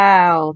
Wow